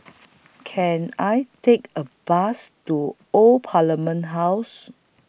Can I Take A Bus to Old Parliament House